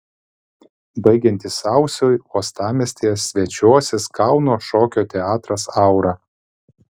baigiantis sausiui uostamiestyje svečiuosis kauno šokio teatras aura